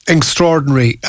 extraordinary